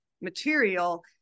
material